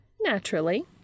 Naturally